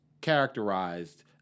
characterized